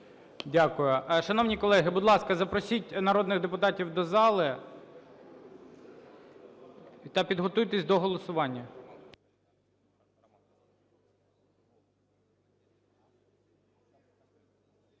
Дякую. Шановні колеги, будь ласка, запросіть народних депутатів до зали та підготуйтесь до голосування.